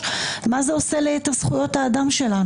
(בסעיף זה, הוראת התגברות).